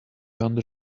under